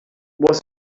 was